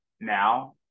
now